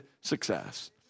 success